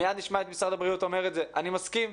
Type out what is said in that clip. מיד נשמע את משרד הבריאות אומר את זה אני מסכים.